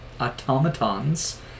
automatons